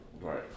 Right